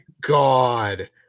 God